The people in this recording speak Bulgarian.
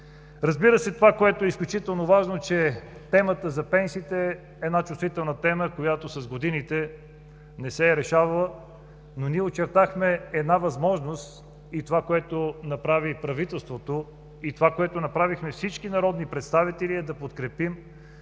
Разбира се, това което е изключително важно е, че темата за пенсиите – една чувствителна тема, която с годините не се е решавала, но ние очертахме една възможност и това, което направи правителството и това, което направихме всички народни представители, е да подкрепим